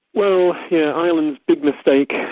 well, yeah ireland's big mistake,